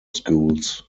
schools